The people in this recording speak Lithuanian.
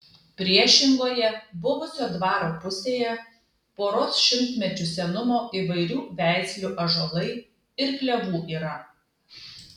priešingoje buvusio dvaro pusėje poros šimtmečių senumo įvairių veislių ąžuolai ir klevų yra